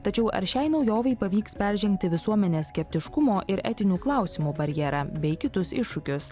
tačiau ar šiai naujovei pavyks peržengti visuomenės skeptiškumo ir etinių klausimų barjerą bei kitus iššūkius